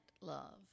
love